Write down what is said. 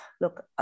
look